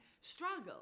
struggle